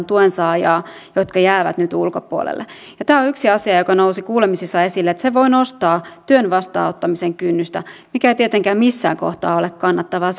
tuensaajaa jotka jäävät nyt ulkopuolelle tämä on yksi asia joka nousi kuulemisessa esille että se voi nostaa työn vastaanottamisen kynnystä mikä ei tietenkään missään kohtaa ole kannattavaa